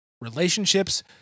relationships